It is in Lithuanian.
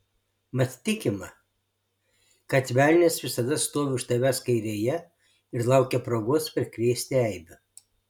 mat tikima kad velnias visada stovi už tavęs kairėje ir laukia progos prikrėsti eibių